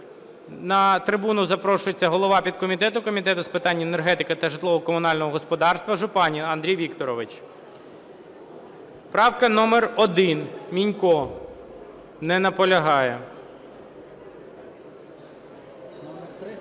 На трибуну запрошується голова підкомітету Комітету з питань енергетики та житлово-комунального господарства Жупанин Андрій Вікторович. Правка номер 1, Мінько. Не наполягає.